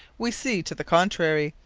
we see to the contrary,